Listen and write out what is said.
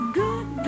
good